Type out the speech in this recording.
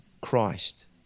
Christ